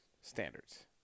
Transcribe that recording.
standards